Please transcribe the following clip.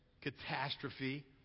catastrophe